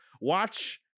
watch